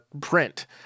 print